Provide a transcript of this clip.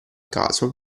caso